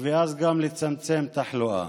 ואז גם לצמצם תחלואה.